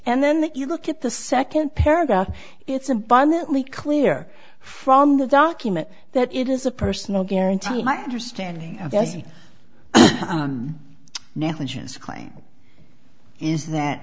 and then that you look at the second paragraph it's abundantly clear from the document that it is a personal guarantee my understanding that you now insurance claim is that